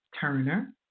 Turner